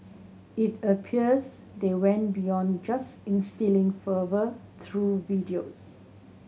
it appears they went beyond just instilling fervour through videos